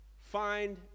Find